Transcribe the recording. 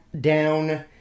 down